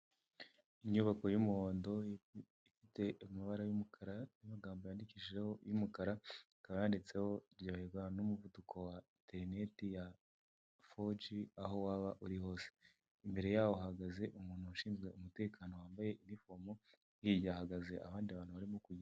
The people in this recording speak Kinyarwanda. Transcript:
Inyubako y'umuhondo ifite amabara y'umukara n'amagambo yandikishijeho y'umukara, ikaba yanditseho ryoherwa n'umuvuduko wa interineti ya foji aho waba uri hose, imbere yaho hahagaze umuntu ushinzwe umutekano wambaye inifomo, hirya hahagaze abandi bantu barimo kugenda.